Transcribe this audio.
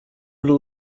would